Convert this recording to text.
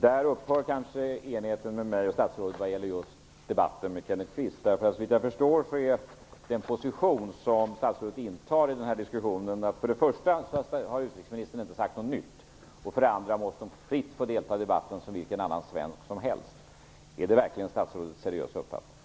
Där upphör kanske enigheten mellan mig och statsrådet vad gäller just debatten med Såvitt jag förstår är den position som statsrådet intar i den här diskussionen följande. För det första har utrikesministern inte sagt något nytt. För det andra måste hon fritt få delta i debatten som vilken annan svensk som helst. Är det verkligen statsrådets seriösa uppfattning?